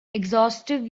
exhausted